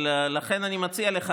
לכן אני מציע לך,